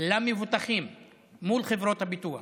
למבוטחים מול חברות הביטוח.